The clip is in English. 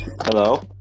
Hello